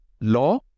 law